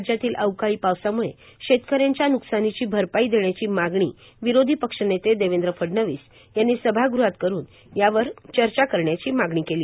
राज्यातील अवकाळी पावसामुळे शेतकऱ्यांच्या न्कसानीची भरपाई देण्याची मागणी विरोधी पक्षनेते देवेंद्र फडणवीस यांनी सभाग़हात करून यावर चर्चा करण्याची मागणी केली